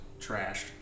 trashed